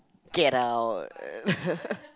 get out